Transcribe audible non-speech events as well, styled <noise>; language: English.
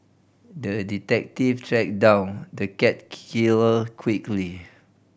the detective tracked down the cat <unintelligible> killer quickly